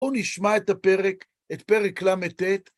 בואו נשמע את הפרק, את פרק לט.